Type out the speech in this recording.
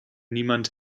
niemand